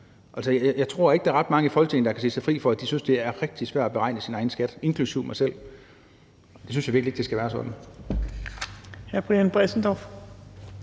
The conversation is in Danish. jeg tror ikke, der er ret mange i Folketinget, der kan sige sig fri for, at de synes, at det er rigtig svært at beregne deres egen skat – inklusive mig selv. Jeg synes virkelig ikke, at det skal være sådan.